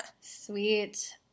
Sweet